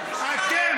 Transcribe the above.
אמרה.